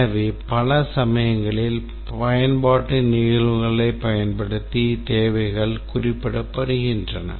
எனவே பல சமயங்களில் பயன்பாட்டு நிகழ்வுகளைப் பயன்படுத்தி தேவைகள் குறிப்பிடப்படுகின்றன